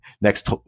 next